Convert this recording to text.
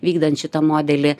vykdant šitą modelį